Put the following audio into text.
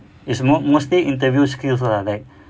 it's more mostly interview skills lah that